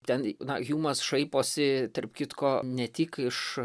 ten na hjumas šaiposi tarp kitko ne tik iš